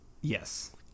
Yes